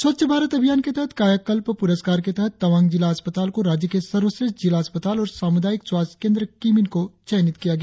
स्वच्छ भारत अभियान के तहत कायाकल्प पुरस्कार के तहत तवांग जिला अस्पताल को राज्य के सर्वश्रेठ जिला अस्पताल और सामूदायिक स्वास्थ्य केंद्र किमिन को चयनित किया गया